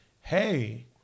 hey